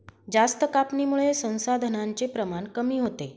जास्त कापणीमुळे संसाधनांचे प्रमाण कमी होते